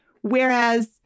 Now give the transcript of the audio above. whereas